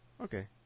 Okay